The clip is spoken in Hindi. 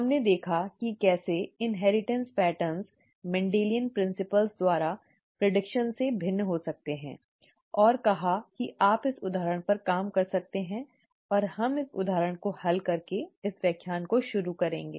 हमने देखा कि कैसे इन्हेरिटन्स पैटर्न मेन्डेलियन सिद्धांतों द्वारा भविष्यवाणी से भिन्न हो सकते हैं और कहा कि आप इस उदाहरण पर काम कर सकते हैं और हम इस उदाहरण को हल करके इस व्याख्यान को शुरू करेंगे